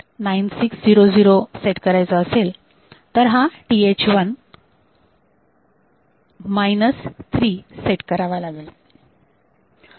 जर तुम्हाला baud rate 9600 set करायचा असेल तर हा TH1 मायनस थ्री सेट करावा लागेल